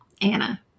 Anna